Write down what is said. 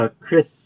Chris